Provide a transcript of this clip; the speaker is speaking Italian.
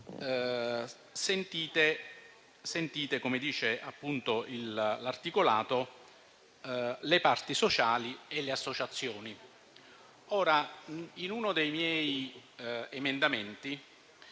sentite, come dice appunto l'articolato, le parti sociali e le associazioni. Ora, in uno dei miei emendamenti,